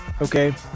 okay